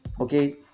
Okay